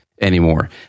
anymore